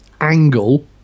angle